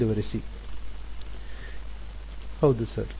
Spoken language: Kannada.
ವಿದ್ಯಾರ್ಥಿ ಹೌದು ಸರ್